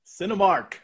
Cinemark